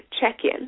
check-in